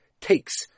takes